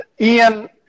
Ian